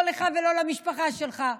לא לך ולא למשפחה שלך.